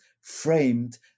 framed